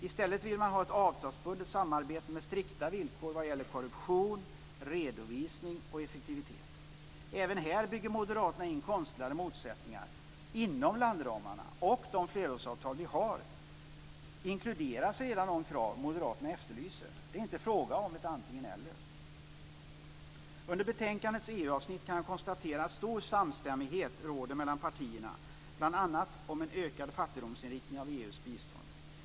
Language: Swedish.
I stället vill man ha ett avtalsbundet samarbete med strikta villkor vad gäller korruption, redovisning och effektivitet. Även här bygger Moderaterna in konstlade motsättningar. Inom landramarna och de flerårsavtal vi har inkluderas redan de krav Moderaterna efterlyser. Det är inte fråga om ett antingen eller. Under betänkandets EU-avsnitt kan jag konstatera att stor samstämmighet råder mellan partierna, bl.a. om en ökad fattigdomsinriktning av EU:s bistånd.